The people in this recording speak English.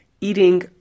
eating